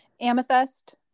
amethyst